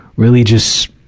really just,